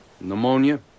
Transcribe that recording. Pneumonia